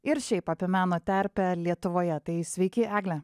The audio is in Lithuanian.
ir šiaip apie meno terpę lietuvoje tai sveiki egle